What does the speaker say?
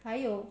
还有